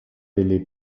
delle